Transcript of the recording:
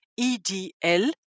EDL